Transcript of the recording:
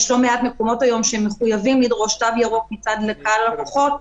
יש לא מעט מקומות היום שמחויבים לדרוש תו ירוק מצד קהל הלקוחות.